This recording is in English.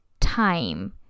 time